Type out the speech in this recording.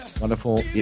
wonderful